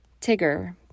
Tigger